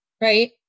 Right